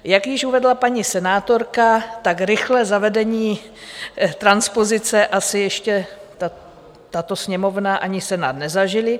Jak již uvedla paní senátorka, tak rychlé zavedení transpozice asi ještě tato Sněmovna ani Senát nezažily.